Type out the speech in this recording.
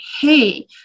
hey